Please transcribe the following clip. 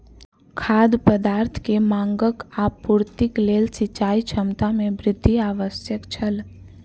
खाद्य पदार्थ के मांगक आपूर्तिक लेल सिचाई क्षमता में वृद्धि आवश्यक छल